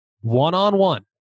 one-on-one